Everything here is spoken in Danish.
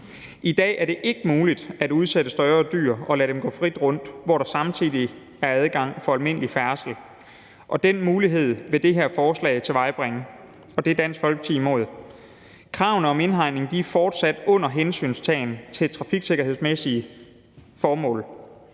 I dag er det ikke muligt at udsætte større dyr og lade dem gå frit rundt, hvor der samtidig er adgang for almindelig færdsel, og den mulighed vil det her forslag tilvejebringe – og det er Dansk Folkeparti imod. Kravene om indhegning er fortsat under hensyntagen til trafiksikkerhedsmæssige formål.